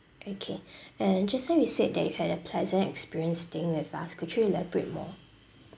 okay and just now you said that you had a pleasant experience staying with us could you elaborate more